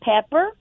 pepper